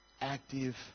active